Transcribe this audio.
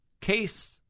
case